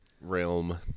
Realm